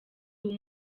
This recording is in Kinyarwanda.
ndi